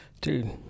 Dude